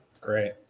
Great